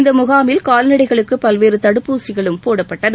இந்த முகாமில் கால்நடைகளுக்கு பல்வேறு தடுப்பூசிகளும் போடப்பட்டது